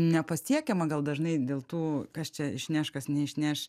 nepasiekiama gal dažnai dėl tų kas čia išneš kas neišneš